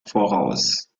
voraus